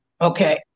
Okay